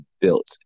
built